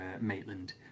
Maitland